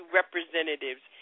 representatives